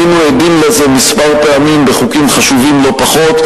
היינו עדים לזה כמה פעמים בחוקים חשובים לא פחות,